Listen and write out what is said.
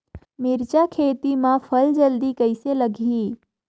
मिरचा खेती मां फल जल्दी कइसे लगही?